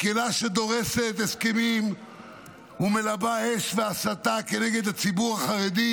מקהלה שדורסת הסכמים ומלבה אש והסתה כנגד הציבור החרדי,